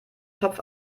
topf